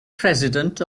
president